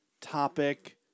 topic